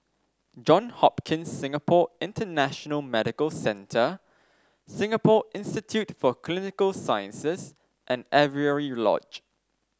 John Hopkins Singapore International Medical Centre Singapore Institute for Clinical Sciences and Avery Lodge